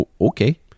okay